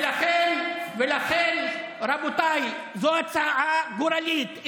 ולכן, רבותיי, זו הצעה גורלית.